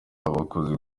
abakuze